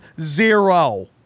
zero